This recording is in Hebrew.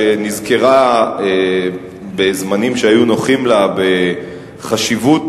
שנזכרה בזמנים שהיו נוחים לה בחשיבות